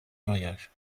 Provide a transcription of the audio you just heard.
mariage